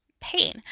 pain